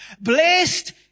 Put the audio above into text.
Blessed